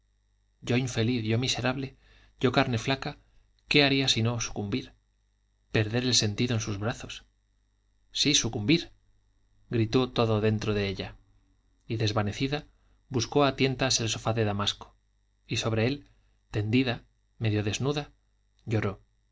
yo infeliz yo miserable yo carne flaca qué haría sino sucumbir perder el sentido en sus brazos sí sucumbir gritó todo dentro de ella y desvanecida buscó a tientas el sofá de damasco y sobre él tendida medio desnuda lloró